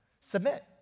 Submit